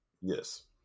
Yes